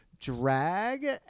drag